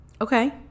Okay